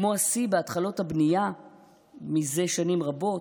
כמו השיא בהתחלות הבנייה מזה שנים רבות,